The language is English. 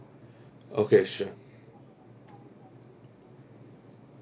okay sure